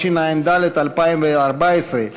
7), התשע"ד 2014,